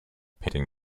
painting